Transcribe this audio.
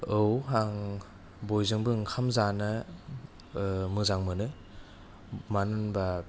औ आं बयजोंबो ओंखाम जानो मोजां मोनो मानो होनोब्ला